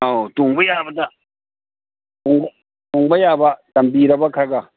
ꯑꯧ ꯇꯣꯡꯕ ꯌꯥꯕꯗ ꯇꯣꯡꯕ ꯌꯥꯕ ꯇꯝꯕꯤꯔꯕ ꯈꯔ ꯈꯔ